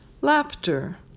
Laughter